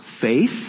faith